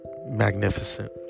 magnificent